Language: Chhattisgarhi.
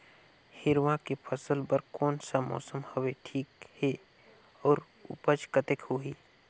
हिरवा के फसल बर कोन सा मौसम हवे ठीक हे अउर ऊपज कतेक होही?